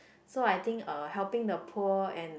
so I think uh helping the poor and